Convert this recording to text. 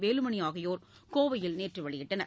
வேலுமணி ஆகியோர் கோவையில் நேற்று வெளியிட்டனர்